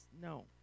no